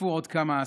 צפו עוד כמה עשרות,